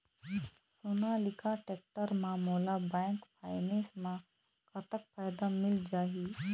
Sonalika tractor म मोला bank finance म कतक फायदा मिल जाही?